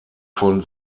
von